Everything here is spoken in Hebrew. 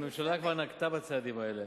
הממשלה כבר נקטה צעדים אלה,